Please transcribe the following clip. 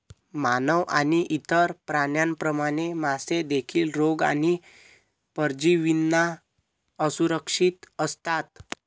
मानव आणि इतर प्राण्यांप्रमाणे, मासे देखील रोग आणि परजीवींना असुरक्षित असतात